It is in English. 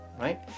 right